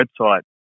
website